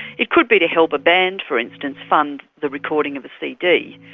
it could be to help a band, for instance, fund the recording of a cd.